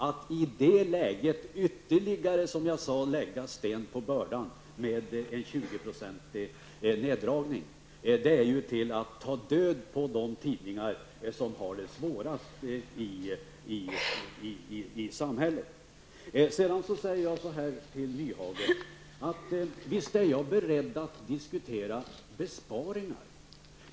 Att i det läget ytterligare lägga sten på börda med en 20 % neddragning av presstödet är att ta död på de tidningar som har det svårast i samhället. Sedan har jag sagt till Hans Nyhage att visst är jag beredd att diskutera besparingar.